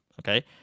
okay